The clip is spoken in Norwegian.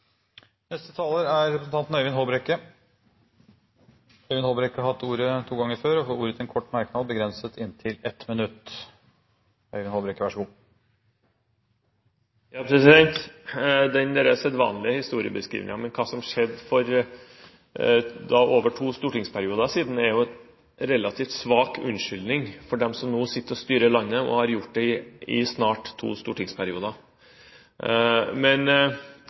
Øyvind Håbrekke har hatt ordet to ganger før og får ordet til en kort merknad, begrenset til 1 minutt. Den sedvanlige historiebeskrivningen av hva som skjedde for over to stortingsperioder siden, er en relativt svak unnskyldning for dem som nå sitter og styrer landet og har gjort det i snart to stortingsperioder.